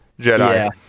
Jedi